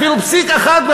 אפילו פסיק אחד,